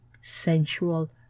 sensual